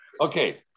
Okay